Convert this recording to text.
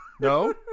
No